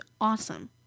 awesome